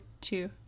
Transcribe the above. two